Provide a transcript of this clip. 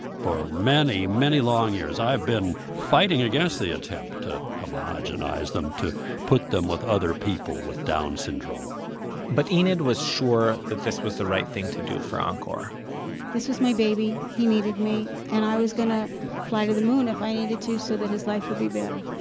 for many many long years, i've been fighting against the attempt to homogenize them, to put them with other people with down syndrome but enid was sure that this was the right thing to do for angkor this is my baby, he needed me, and i was gonna fly to the moon if i needed to so that his life would be better.